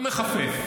מחפף.